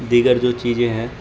دیگر جو چیزیں ہیں